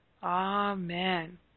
Amen